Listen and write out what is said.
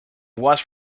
was